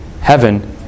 heaven